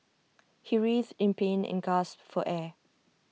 he writhed in pain and gasped for air